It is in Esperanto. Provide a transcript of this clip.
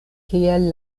kiel